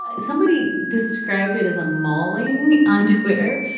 like somebody described it as a mauling on twitter.